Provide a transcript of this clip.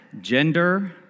gender